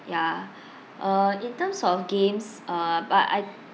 ya uh in terms of games uh but I